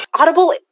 Audible